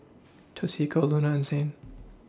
Toshiko Luna and Zane